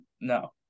No